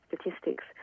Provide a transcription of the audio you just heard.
statistics